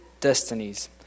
destinies